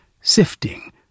sifting